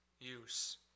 use